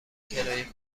کرایه